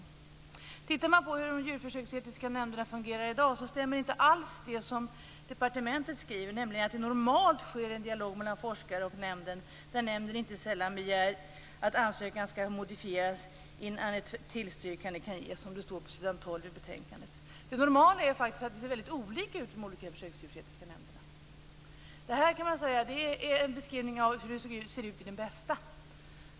Tittar man på hur de djurförsöksetiska nämnderna fungerar i dag stämmer inte alls det som departementet skriver, nämligen att det normalt sker en dialog mellan forskare och nämnden, där nämnden inte sällan begär att ansökan skall modifieras innan ett tillstyrkande kan ges, som det står på s. Det normala är faktiskt att det ser väldigt olika ut i de olika försöksdjursetiska nämnderna. Det här kan man säga är en beskrivning av hur det ser ut i den bästa.